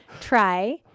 try